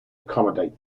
accommodate